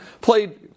played